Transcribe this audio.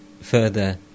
Further